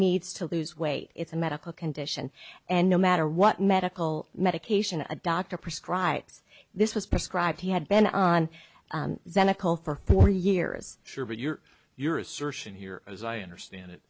needs to lose weight it's a medical condition and no matter what medical medication a doctor prescribes this was prescribed he had been on the nickel for four years sure but your your assertion here as i understand it